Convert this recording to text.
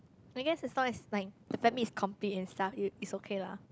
I guess as long as like the family is complete and stuff i~ it's okay lah